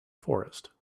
forest